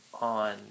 on